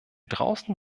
draußen